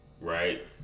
Right